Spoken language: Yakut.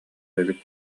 эбит